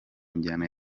njyana